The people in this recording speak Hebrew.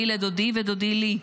אני לדודי ודודי לי,